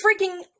freaking